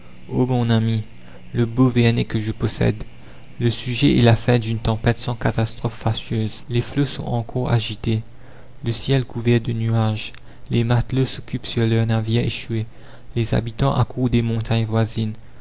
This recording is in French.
mon ami le beau vernet que je possède le sujet est la fin d'une tempête sans catastrophe fâcheuse les flots sont encore agités le ciel couvert de nuages les matelots s'occupent sur leur navire échoué les habitants accourent des montagnes voisines